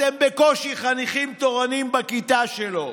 אתם בקושי חניכים תורנים בכיתה שלו.